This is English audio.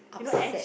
upset